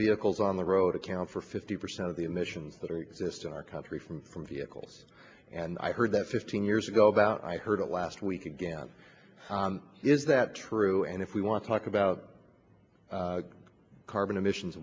vehicles on the road account for fifty percent of the emissions that are exist in our country from from vehicles and i heard that fifteen years ago about i heard it last week again is that true and if we want to talk about carbon emissions